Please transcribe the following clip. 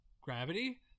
gravity